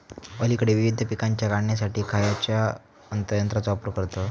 अलीकडे विविध पीकांच्या काढणीसाठी खयाच्या यंत्राचो वापर करतत?